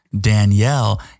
Danielle